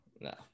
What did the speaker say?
no